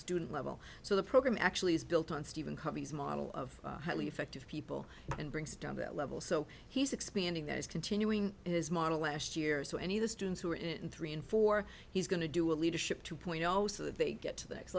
student level so the program actually is built on stephen covey's model of highly effective people and brings down that level so he's expanding that is continuing his model last year so any of the students who are in it in three and four he's going to do a leadership two point zero so that they get to the next